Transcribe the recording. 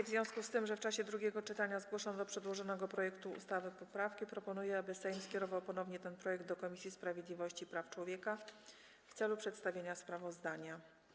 W związku z tym, że w czasie drugiego czytania zgłoszono do przedłożonego projektu ustawy poprawki, proponuję, aby Sejm skierował ponownie ten projekt do Komisji Sprawiedliwości i Praw Człowieka w celu przedstawienia sprawozdania.